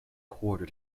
quarter